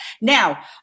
Now